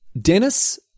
Dennis